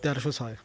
ତେରଶହ ଶହେ